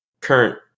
current